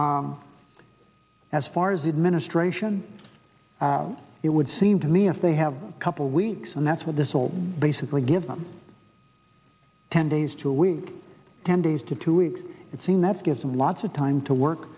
bill as far as the administration out it would seem to me if they have a couple weeks and that's what this all basically give them ten days to a week or ten days to two weeks it seems that gives them lots of time to work